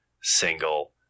single